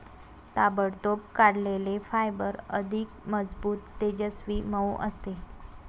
ताबडतोब काढलेले फायबर अधिक मजबूत, तेजस्वी, मऊ असते